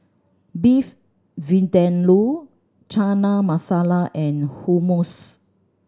Beef Vindaloo Chana Masala and Hummus